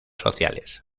sociales